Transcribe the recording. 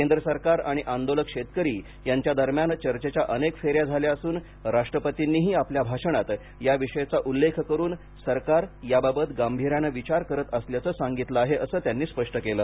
केंद्र सरकार आणि आंदोलक शेतकरी यांच्या दरम्यान चर्चेच्या अनेक फेऱ्या झाल्या असून राष्ट्रपतींनीही आपल्या भाषणात या विषयाचा उल्लेख करून सरकार याबाबत गांभीर्यानं विचार करत असल्याचं सांगितलं आहे असं त्यांनी स्पष्ट केलं